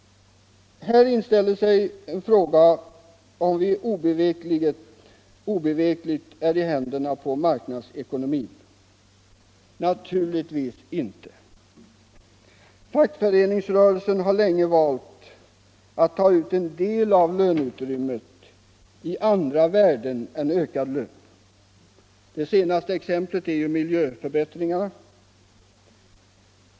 Här inställer sig frågan om vi obevekligt är i händerna på marknadsekonomin. Naturligtvis inte. Fackföreningsrörelsen har länge valt att ta ut en del av löneutrymmet i andra värden än ökad lön. Det senaste exemplet är miljöförbättringarna.